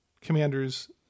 commanders